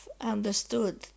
understood